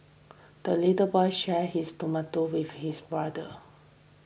the little boy shared his tomato with his brother